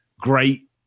great